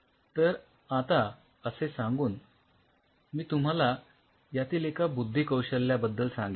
तर आता असे सांगून मी तुम्हाला यातील एका बुद्धिकौशल्याबद्दल सांगेल